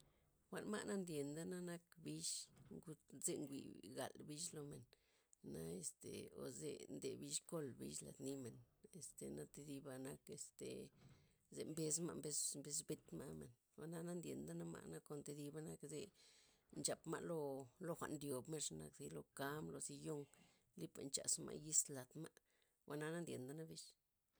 Jwa'n ma' na ndyentana' nak bich, ngud ze nwi'gal bich lo men, na este o ze nde bich xkol bich ladnimen este na tidiba'nak', este ze mbes ma' mbes mbetma' gabmen, jwa'na na ndyen thana' ma', na kon tidiba' nak ze nchap ma' lo jwa'n ndyobmen xe nak zi lo kam, lo siñon lipa' nchasma' yiz ladma', jwa'na na ndyentana' bich.